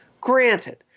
Granted